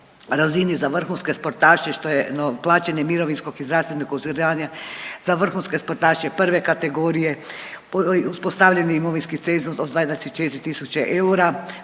razini za vrhunske sportaše što je plaćanje mirovinskog i zdravstvenog osiguranja za vrhunske sportaše prve kategorije, uspostavljen imovinski cenzus od 24000 eura,